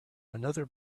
another